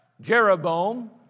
Jeroboam